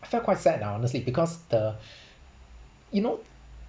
I felt quite sad lah honestly because the you know